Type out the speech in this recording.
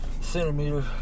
centimeter